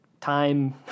Time